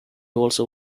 also